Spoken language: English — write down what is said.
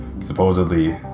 supposedly